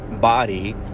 body